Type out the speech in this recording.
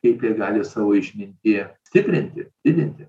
kaip jie gali savo išmintį stiprinti didinti